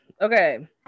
Okay